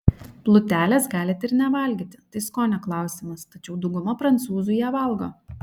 plutelės galite ir nevalgyti tai skonio klausimas tačiau dauguma prancūzų ją valgo